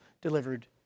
delivered